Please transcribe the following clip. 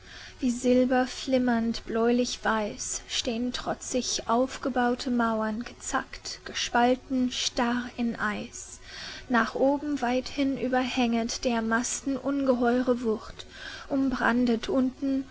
wie silber flimmernd bläulich weiß stehn trotzig aufgebaute mauern gezackt gespalten starr in eis nach oben weithin überhänget der massen ungeheure wucht umbrandet unten